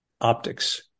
optics